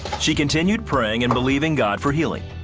she continued praying and believing god for healing.